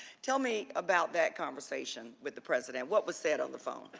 tell me about that conversation with the president, what was said on the phone?